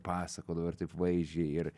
ir pasakodavo ir taip vaizdžiai ir